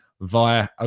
via